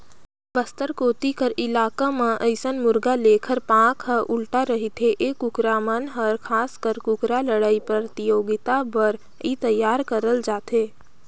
बस्तर कोती कर इलाका म अइसन मुरगा लेखर पांख ह उल्टा रहिथे ए कुकरा मन हर खासकर कुकरा लड़ई परतियोगिता बर तइयार करल जाथे